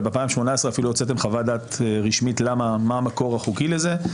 וב-2018 אפילו הוצאתם חוות דעת רשמית מה המקור החוקי לזה,